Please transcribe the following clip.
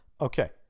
Okay